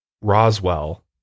Roswell